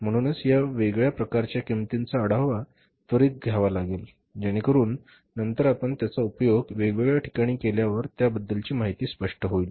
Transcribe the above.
म्हणूनच या वेगळ्या प्रकारच्या किंमतींचा आढावा त्वरित घ्यावा लागेल जेणेकरून नंतर आपण त्यांचा उपयोग वेगवेगळ्या ठिकाणी केल्यावर त्याबद्दलची माहिती स्पष्ट होईल